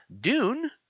Dune